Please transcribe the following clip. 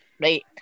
right